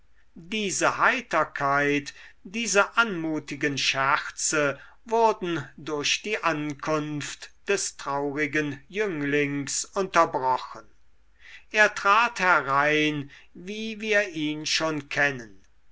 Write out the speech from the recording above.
diese heiterkeit diese anmutigen scherze wurden durch die ankunft des traurigen jünglings unterbrochen er trat herein wie wir ihn schon kennen